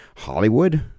Hollywood